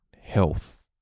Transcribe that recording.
health